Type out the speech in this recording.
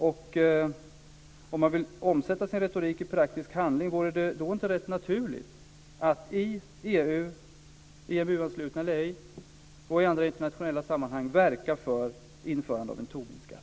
Men om man vill omsätta sin retorik i praktisk handling, vore det då inte rätt naturligt att i EU - oavsett EMU anslutning eller inte - och i andra internationella sammanhang verka för införandet av en Tobinskatt?